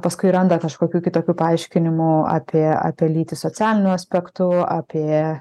paskui randa kažkokių kitokių paaiškinimų apie apie lytį socialiniu aspektu apie